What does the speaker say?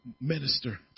minister